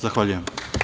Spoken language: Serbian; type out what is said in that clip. Zahvaljujem.